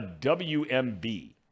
WMB